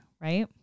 Right